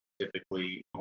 typically